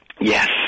Yes